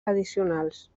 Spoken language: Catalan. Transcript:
addicionals